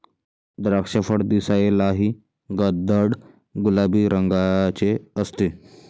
द्राक्षफळ दिसायलाही गडद गुलाबी रंगाचे असते